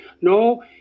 No